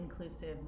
inclusive